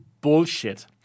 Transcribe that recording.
bullshit